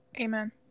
Amen